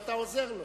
ואתה עוזר לו.